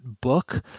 book